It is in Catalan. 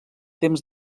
temps